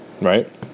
right